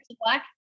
black